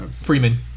Freeman